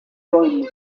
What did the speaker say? join